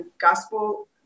gospel